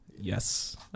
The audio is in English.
Yes